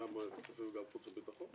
גם כספים וגם חוץ וביטחון,